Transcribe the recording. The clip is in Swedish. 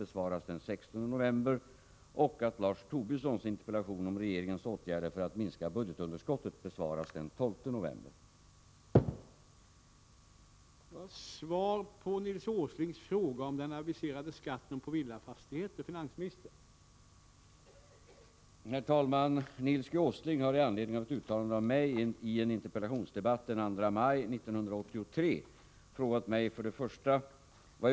Något sådant förslag kommer icke att framläggas från finansdepartementets sida.” Den 26 april 1984 beslutade regeringen på förslag av statsråden Gustafsson och Holmberg att inhämta lagrådets yttrande över lagförslag angående statlig fastighetsskatt.